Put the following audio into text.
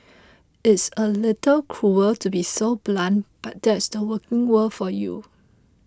it's a little cruel to be so blunt but that's the working world for you